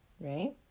Right